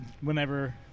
whenever